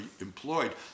employed